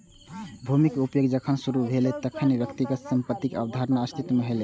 भूमिक उपयोग जखन शुरू भेलै, तखने व्यक्तिगत संपत्तिक अवधारणा अस्तित्व मे एलै